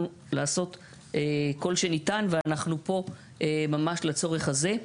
לעשות כול שניתן ואנחנו פה ממש לצורך הזה.